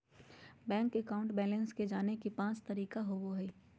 bank account balance के जाने के पांच तरीका होबो हइ